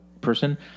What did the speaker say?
person